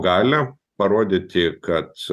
galią parodyti kad